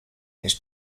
his